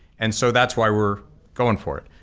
and so that's why we're going for it.